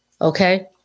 Okay